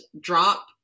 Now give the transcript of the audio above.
drop